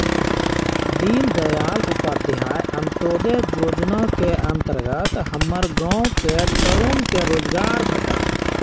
दीनदयाल उपाध्याय अंत्योदय जोजना के अंतर्गत हमर गांव के तरुन के रोजगार भेटल